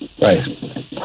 Right